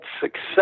success